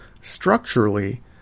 Structurally